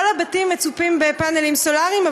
כל הבתים מצופים בפאנלים סולריים,